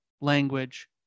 language